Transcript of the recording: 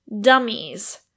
dummies